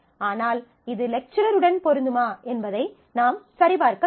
ஆனால் இது லெக்சரருடன் பொருந்துமா என்பதை நாம் சரிபார்க்க வேண்டும்